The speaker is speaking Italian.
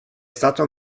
stato